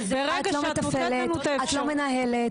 את לא מתפעלת,